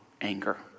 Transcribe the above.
anger